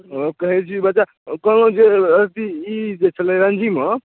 ओ कहै छी बचा कहलहुॅं जे अथी ई जे छलै रणजी मे